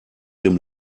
dem